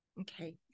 okay